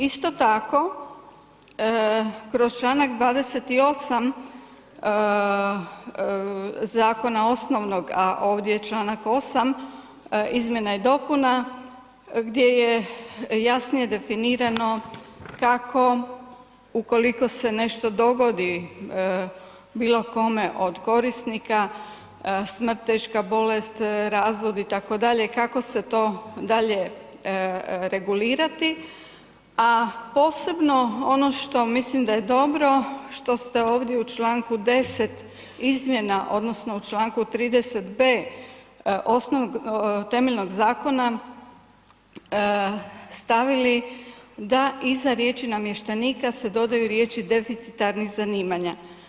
Isto tako, kroz članak 28. zakona osnovnog a ovdje članak 8. izmjena i dopuna gdje je jasnije definirano kako ukoliko se nešto dogodi bilokome od korisnika, smrt, teška bolest, razvod itd., kako se to dalje regulirati a posebno ono što mislim da je dobro, što ste ovdje u članku 10. izmjena odnosno u članku 30. b temeljenog zakona stavili, da iza riječi namještenika se dodaju riječi deficitarnih zanimanja.